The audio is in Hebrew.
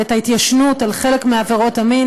את ההתיישנות על חלק מעבירות המין,